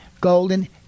golden